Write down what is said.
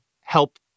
help